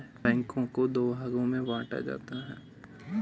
बैंकों को दो भागों मे बांटा जाता है